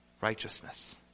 Righteousness